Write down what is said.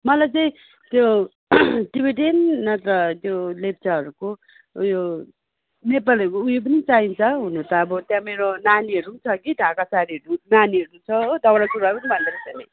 मलाई चाहिँ त्यो टिबेटियन नत्र त्यो लेप्चाहरूको उयो नेपालीहरूको उयो पनि चाहिन्छ हुनु त अब त्यहाँ मेरो नानीहरू पनि छ कि ढाका साडीहरू नानीहरू छ हो दौरा सुरुवाल पनि भन्दोरहेछ नि